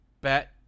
Bet